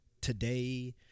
Today